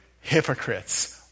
hypocrites